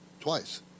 twice